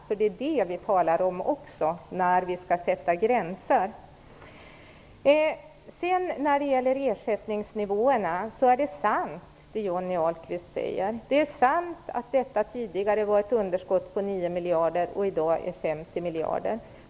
Det är även detta vi talar om när vi skall sätta gränser. När det gäller ersättningsnivåerna är det sant som Johnny Ahlqvist säger. Det är sant att detta tidigare var ett underskott på 9 miljarder och i dag på 50 miljarder.